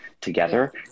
together